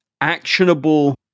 actionable